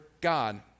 God